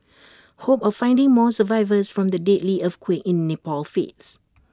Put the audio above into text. hope of finding more survivors from the deadly earthquake in Nepal fades